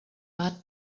bad